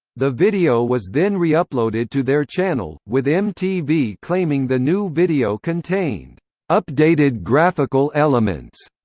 the video was then reuploaded to their channel, with mtv claiming the new video contained updated graphical elements.